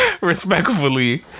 Respectfully